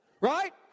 right